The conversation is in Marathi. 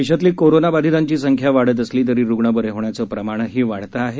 देशातली कोरोना बाधितांची संख्या वाढत असली तरी रुग्ण बरे होण्याचं प्रमाणही वाढत आहे